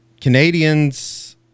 Canadians